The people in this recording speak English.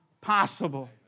possible